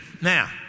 Now